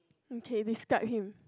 okay describe him